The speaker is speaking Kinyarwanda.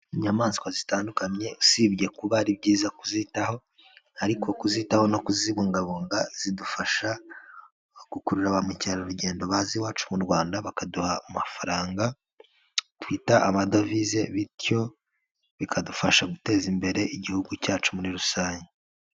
Inyamaswa zitandukanye usibye kuba ari byiza kuzitaho, ariko kuzitaho no kuzibungabunga zidufasha gukurura ba mukerarugendo baza iwacu mu Rwanda, bakaduha amafaranga twita amadovize, bityo bikadufasha guteza imbere Igihugu cyacu muri rusange.